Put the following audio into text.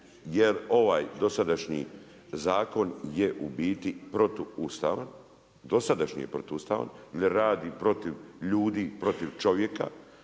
jer ovaj dosadašnji zakon je u biti protuustavan, dosadašnji je protuustavan jer radi protiv ljudi, protiv čovjeka,